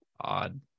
odd